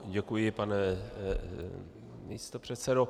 Děkuji, pane místopředsedo.